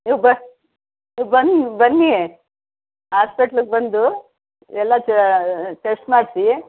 ನೀವು ಬ ನೀವು ಬನ್ನಿ ಬನ್ನಿ ಆಸ್ಪೆಟ್ಲ್ಗೆ ಬಂದು ಎಲ್ಲ ಚ ಟೆಸ್ಟ್ ಮಾಡಿಸಿ